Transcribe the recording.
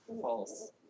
False